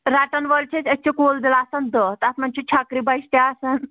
رَٹَن وٲلۍ چھِ أسۍ أسۍ چھِ کُل دِل آسان دَہ تَتھ منٛز چھُ چھکرِ بَچہِ تہِ آسان